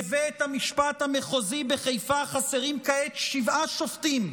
בבית המשפט המחוזי בחיפה חסרים כעת שבעה שופטים,